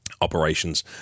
Operations